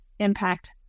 impact